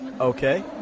Okay